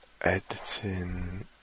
editing